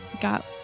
got